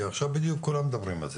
כי עכשיו בדיוק כולם מדברים על זה.